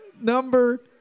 number